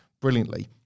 brilliantly